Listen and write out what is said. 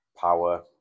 power